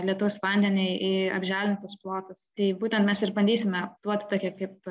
lietaus vandenį į apželdintus plotus tai būtent mes ir bandysime duot tokią kaip